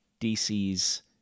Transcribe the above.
DC's